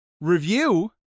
review